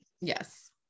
yes